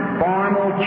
formal